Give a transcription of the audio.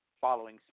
following